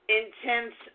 intense